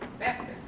batson.